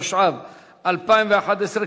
התשע"ב 2011,